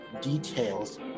details